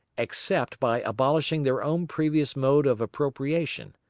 except by abolishing their own previous mode of appropriation,